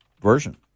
version